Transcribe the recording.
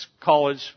college